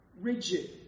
rigid